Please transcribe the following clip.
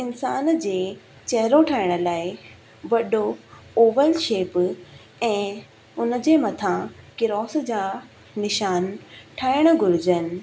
इंसान जे चहिरो ठाहिण लाइ वॾो ओवल शेप ऐं उन जे मथां क्रोस जा निशान ठाहिण घुरिजनि